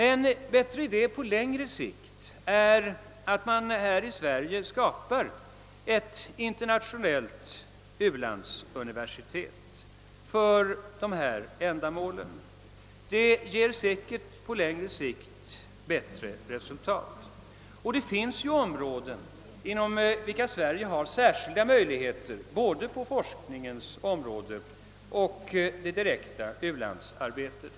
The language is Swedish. En bättre idé på längre sikt är att man här i Sverige skapar ett internationellt u-landsuniversitet. Det ger säkert på lång sikt bättre resultat. Det finns ju områden, inom vilka Sverige har särskilda möjligheter både på forskningens område och i fråga om det direkta u-landsarbetet.